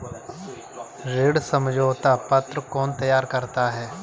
ऋण समझौता पत्र कौन तैयार करता है?